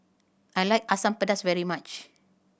I like Asam Pedas very much